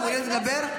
את מעוניינת לדבר?